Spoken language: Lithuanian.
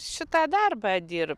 šitą darbą dirbt